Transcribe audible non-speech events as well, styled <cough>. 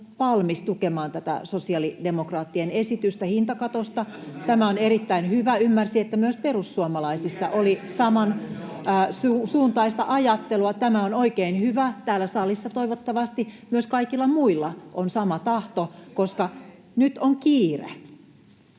valmis tukemaan tätä sosiaalidemokraattien esitystä hintakatosta. <noise> Tämä on erittäin hyvä, ja ymmärsin, että myös perussuomalaisissa <noise> oli samansuuntaista ajattelua. Tämä on oikein hyvä. Täällä salissa toivottavasti myös kaikilla muilla on sama tahto, koska nyt on kiire.